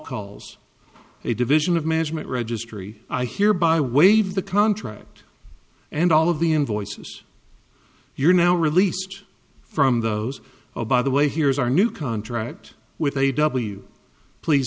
calls a division of management registry i hereby waive the contract and all of the invoices you're now released from those oh by the way here's our new contract with a w please